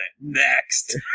Next